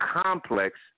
complex